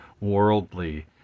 worldly